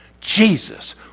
Jesus